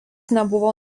nebuvo